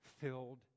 filled